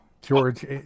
George